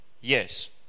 Yes